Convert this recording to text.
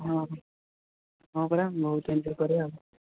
ହଁ ହଁ ହଁ ପରା ବହୁତ ଏନ୍ଜୟ କରିବା ଆଉ